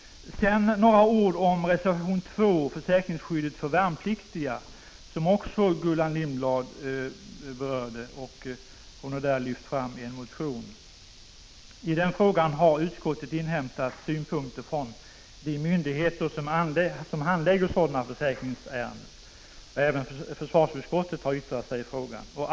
Sedan några ord om reservation 2 beträffande försäkringsskyddet för värnpliktiga, som Gullan Lindblad också berörde. Hon har där lyft fram en motion. I den frågan har utskottet inhämtat synpunkter från de myndigheter som handlägger sådana försäkringsärenden. Även försvarsutskottet har yttrat sig i frågan.